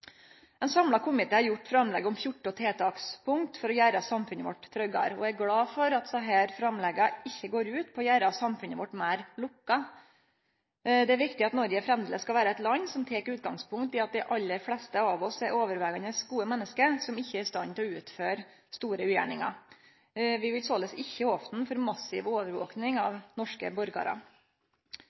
Ein samla komité har gjort framlegg om 14 tiltakspunkt for å gjere samfunnet vårt tryggare. Eg er glad for at desse framlegga ikkje går ut på å gjere samfunnet vårt meir lukka. Det er viktig at Noreg framleis skal vere eit land som tek utgangspunkt i at dei aller fleste av oss er overvegande gode menneske som ikkje er i stand til å utføre store ugjerningar. Vi vil såleis ikkje opne for massiv overvaking av norske borgarar.